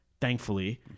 Thankfully